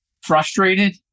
frustrated